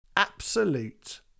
Absolute